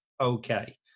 okay